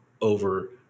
over